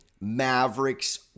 Mavericks